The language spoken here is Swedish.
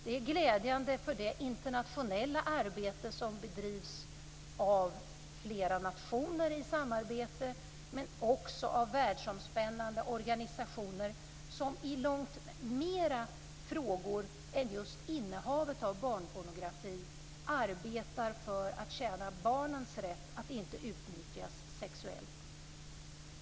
Det är glädjande för det internationella arbete som bedrivs av flera nationer i samarbete, men också av världsomspännande organisationer som i långt fler frågor än just innehavet av barnpornografi arbetar för att tjäna barnens rätt att inte utnyttjas sexuellt.